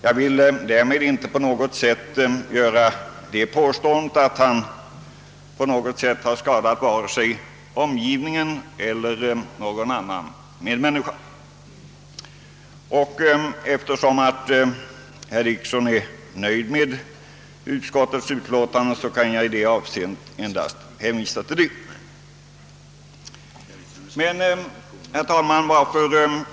Jag vill därmed på intet vis påstå att han på något sätt har skadat vare sig omgivningen eller någon annan medmänniska, och eftersom herr Dickson är nöjd med utskottets lutåtande kan jag endast hänvisa till detta. Herr talman!